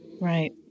right